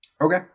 Okay